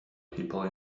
people